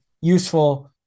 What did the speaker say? useful